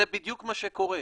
זה בדיוק מה שקורה.